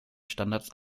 standards